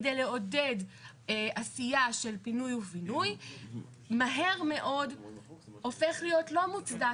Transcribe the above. כדי לעודד עשייה של פינוי ובינוי - מהר מאוד הופך להיות לא מוצדק.